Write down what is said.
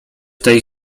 tej